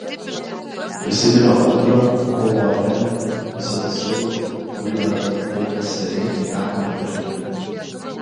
prisiminiau audrą kovą arenoje visą tą siaubą kurį dar taip neseniai teko patirti